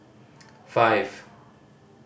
five